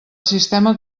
sistema